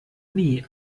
nie